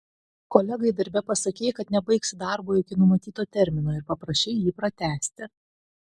kolegai darbe pasakei kad nebaigsi darbo iki numatyto termino ir paprašei jį pratęsti